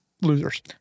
losers